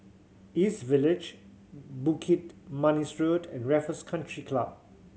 East Village Bukit Manis Road and Raffles Country Club